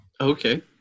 Okay